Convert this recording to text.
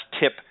tip